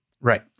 Right